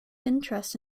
interest